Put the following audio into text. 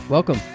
Welcome